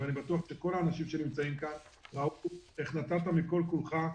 ואני בטוח שכל האנשים שנמצאים כאן ראו איך נתת מכל כולך.